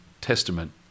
testament